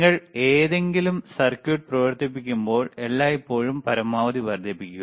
നിങ്ങൾ ഏതെങ്കിലും സർക്യൂട്ട് പ്രവർത്തിപ്പിക്കുമ്പോൾ എല്ലായ്പ്പോഴും പരമാവധി വർദ്ധിപ്പിക്കുക